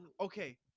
Okay